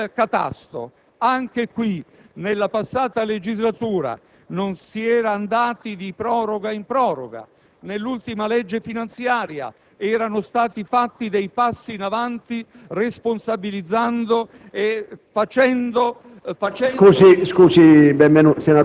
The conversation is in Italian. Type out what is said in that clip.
a proposito del catasto. Anche qui, nella passata legislatura, si era andati di proroga in proroga, anche se nell'ultima legge finanziaria erano stati fatti passi in avanti, responsabilizzando e facendo...